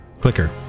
Clicker